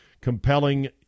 compelling